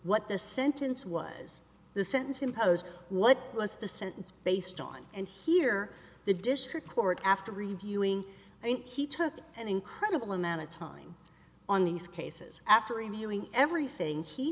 what the sentence was the sentence imposed what was the sentence based on and here the district court after reviewing i think he took an incredible amount of time on these cases after reviewing everything he